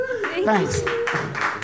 Thanks